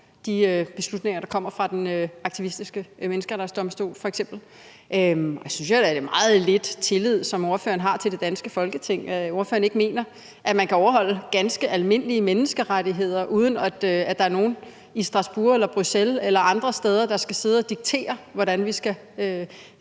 de beslutninger, der f.eks. kommer fra den aktivistiske Menneskerettighedsdomstol. Så synes jeg da, at det er meget lidt tillid, ordføreren har til det danske Folketing, når ordføreren ikke mener, at man kan overholde ganske almindelige menneskerettigheder, uden at der er nogen i Strasbourg, Bruxelles eller andre steder, der skal sidde og diktere, hvordan vi skal